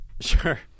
Sure